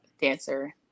dancer